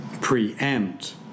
preempt